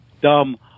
dumb